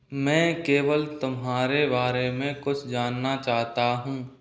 मैं केवल तुम्हारे बारे में कुछ जानना चाहता हूँ